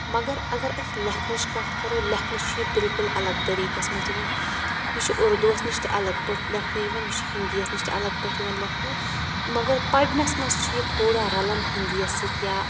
مگر اگر أسۍ لیکھنٕچ کتھ کرو لیکھنہٕ چھُ یہِ بالکُل الگ طٔریقس منٛز یِوان یہِ چھُ اردو وس نِش تہِ الگ پٲٹھۍ لیکھنہِ یِوان یہِ چھُ ہنٛدی یِس نِش تہِ الگ پٲٹھۍ یِوان لیکھنہٕ مگر پرنَس منٛز چھُ یہِ تھوڑا رلان ہندی یس سۭتۍ یا